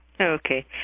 Okay